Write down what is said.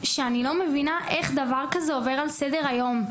שאני לא מבינה איך דבר כזה עובר על סדר היום,